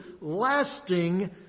lasting